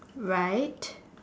right